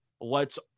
lets